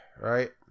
Right